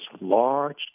large